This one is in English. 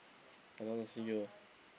I don't want to see you